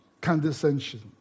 condescension